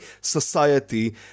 society